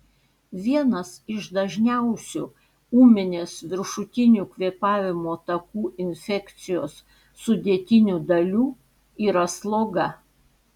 vienas iš dažniausių ūminės viršutinių kvėpavimo takų infekcijos sudėtinių dalių yra sloga